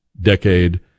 decade